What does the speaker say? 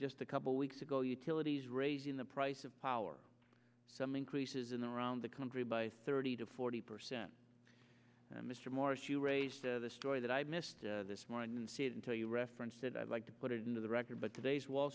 just a couple weeks ago utilities raising the price of power some increases in around the country by thirty to forty percent and mr morris you raised the story that i missed this morning and see it until you referenced it i'd like to put it into the record but today's wall